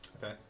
Okay